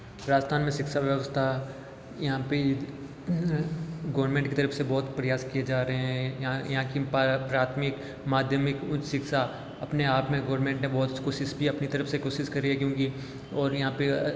राजस्थान में शिक्षा व्यवस्था यहाँ पे गोरमेंट की तरफ़ से बहुत प्रयास किए जा रहे हैं या यहाँ की प्राथमिक माध्यमिक उच्च शिक्षा अपने आप में गोरमेंट ने बहुत कोशिश भी अपनी तरफ़ से कोशिश करी है क्योंकि और यहाँ पे